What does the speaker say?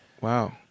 Wow